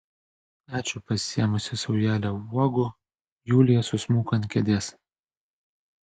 ačiū pasisėmusi saujelę uogų julija susmuko ant kėdės